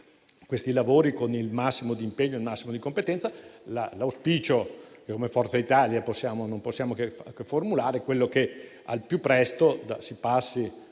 i lavori con il massimo impegno e la massima competenza. L'auspicio che, come Forza Italia, non possiamo che formulare è quello che al più presto si passi